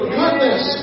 goodness